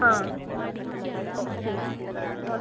ആ ഓ ശരി ആ